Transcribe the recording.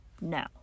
no